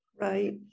Right